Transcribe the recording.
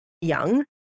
young